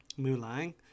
Mulan